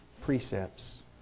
precepts